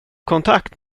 kontakt